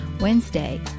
Wednesday